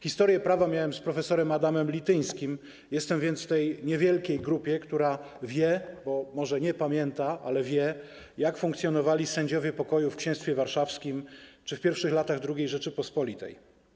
Historię prawa miałem z prof. Adamem Lityńskim, jestem więc w tej niewielkiej grupie, która wie, może nie pamięta, ale wie, jak funkcjonowali sędziowie pokoju w Księstwie Warszawskim czy w pierwszych latach II Rzeczypospolitej.